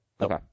Okay